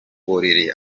buriri